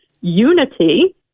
unity